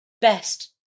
best